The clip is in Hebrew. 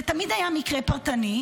זה תמיד היה מקרה פרטני,